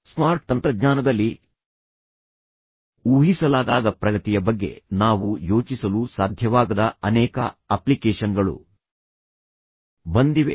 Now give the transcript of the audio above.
smart ತಂತ್ರಜ್ಞಾನದಲ್ಲಿ ಊಹಿಸಲಾಗದ ಪ್ರಗತಿಯ ಬಗ್ಗೆ ನಾವು ಯೋಚಿಸಲೂ ಸಾಧ್ಯವಾಗದ ಅನೇಕ ಅಪ್ಲಿಕೇಶನ್ಗಳು ಬಂದಿವೆ